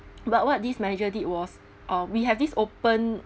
but what this manager did was uh we have this open